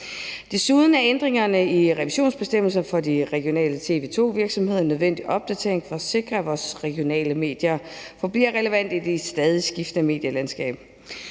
Desuden er ændringerne i revisionsbestemmelsen for de regionale TV 2-virksomheder en nødvendig opdatering for at sikre, at vores regionale medier forbliver relevante i det stadigt skiftende medielandskab.